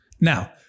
Now